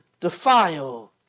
defile